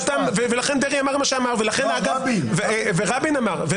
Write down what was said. לכן דרעי אמר מה שאמר ורבין אמר.